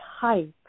type